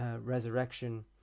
resurrection